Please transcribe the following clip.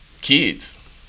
Kids